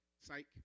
Psych